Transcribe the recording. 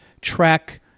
track